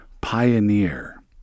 pioneer